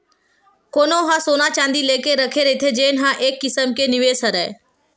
कोनो ह सोना चाँदी लेके रखे रहिथे जेन ह एक किसम के निवेस हरय